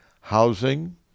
housing